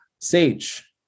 sage